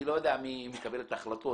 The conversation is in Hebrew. אני לא יודע מי מקבל את ההחלטות,